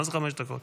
מה זה חמש דקות?